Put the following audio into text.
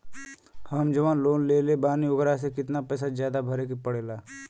हम जवन लोन लेले बानी वोकरा से कितना पैसा ज्यादा भरे के पड़ेला?